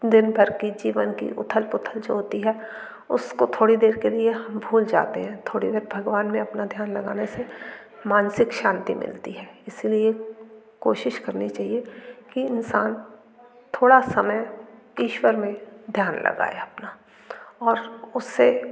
दिनभर की जीवन की उथल पुथल जो होती है उसको थोड़ी देर के लिए हम भूल जाते हैं थोड़ी देर भगवान में अपना ध्यान लगाने से मानसिक शांति मिलती है इस लिए कोशिश करनी चाहिए कि इंसान थोड़ा समय ईश्वर में ध्यान लगाए अपना और उससे